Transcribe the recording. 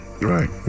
Right